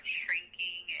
shrinking